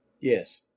Yes